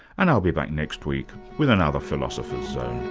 and i'll be back next week with another philosopher's zone